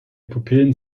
pupillen